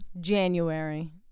January